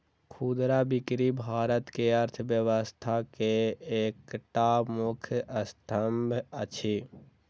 खुदरा बिक्री भारत के अर्थव्यवस्था के एकटा मुख्य स्तंभ अछि